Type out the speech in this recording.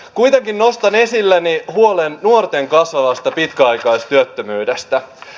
kuitenkin nostan esille huolen nuorten kasvavasta pitkäaikaistyöttömyydestä